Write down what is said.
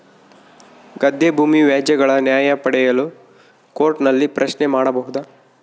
ಗದ್ದೆ ಭೂಮಿ ವ್ಯಾಜ್ಯಗಳ ನ್ಯಾಯ ಪಡೆಯಲು ಕೋರ್ಟ್ ನಲ್ಲಿ ಪ್ರಶ್ನೆ ಮಾಡಬಹುದಾ?